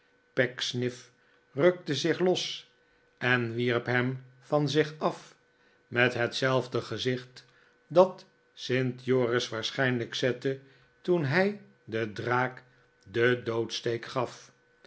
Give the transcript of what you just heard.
pecksniff riikte zich los en wierp hem van zich af f met hetzelfde gezicht dat st joris waarschijnlijk zette toen hij den draak den doodsteek gaf